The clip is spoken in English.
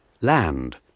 land